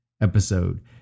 episode